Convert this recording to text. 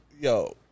Yo